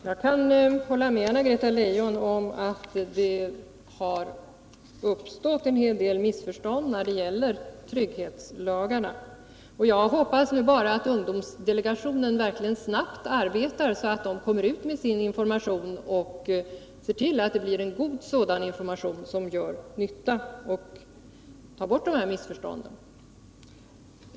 Herr talman! Jag kan hålla med Anna-Greta Leijon om att det har uppstått en hel del missförstånd när det gäller trygghetslagarna. Jag hoppas nu bara att ungdomsdelegationen verkligen snabbt skall få fram sin information och att det blir en god sådan, som gör nytta och motverkar uppkomsten av missförstånd.